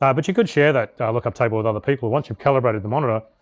yeah but you could share that lookup table with other people once you've calibrated the monitor.